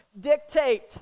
dictate